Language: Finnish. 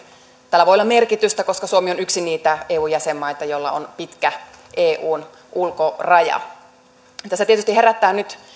tällä voi olla merkitystä koska suomi on yksi niitä eu jäsenmaita joilla on pitkä eun ulkoraja tässä tietysti herättää nyt